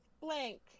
blank